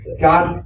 God